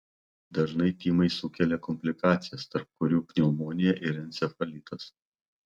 dažnai tymai sukelia komplikacijas tarp kurių pneumonija ir encefalitas